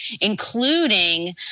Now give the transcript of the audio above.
including